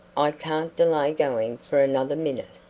i can't delay going for another minute.